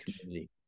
community